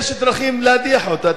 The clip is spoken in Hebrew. יש דרכים להדיח אותו.